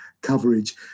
coverage